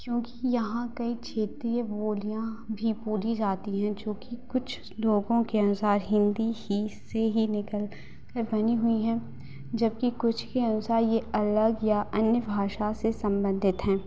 क्योंकि यहाँ कई क्षेत्रीय बोलियाँ भी बोली जाती हैं जो कि कुछ लोगों के अनुसार हिंदी ही से ही निकल कर बनी हुई हैं जबकि कुछ के अनुसार ये अलग या अन्य भाषा से संबंधित हैं